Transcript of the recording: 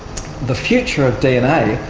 the future of dna,